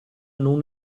non